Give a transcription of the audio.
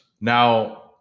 Now